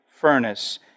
furnace